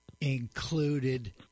included